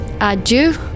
Adieu